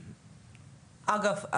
אגב,